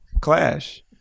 clash